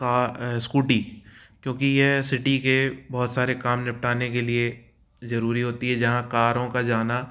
का स्कूटी क्योंकि यह सिटी के बहुत सारे काम निपटाने के लिए ज़रूरी होती है जहाँ कारों का जाना